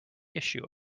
issue